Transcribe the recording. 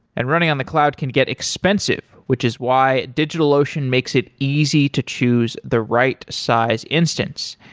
and running on the cloud can get expensive, which is why digitalocean makes it easy to choose the right size instance.